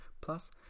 Plus